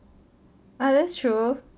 ah that's true